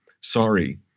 sorry